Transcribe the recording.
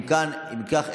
אם כך,